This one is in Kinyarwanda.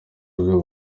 azwiho